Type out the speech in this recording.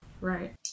Right